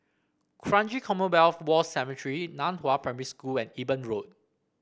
Kranji Commonwealth War Cemetery Nan Hua Primary School and Eben Road